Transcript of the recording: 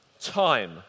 Time